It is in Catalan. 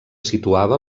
situava